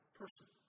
person